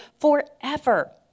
forever